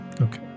Okay